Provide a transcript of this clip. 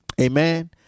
Amen